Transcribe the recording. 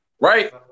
Right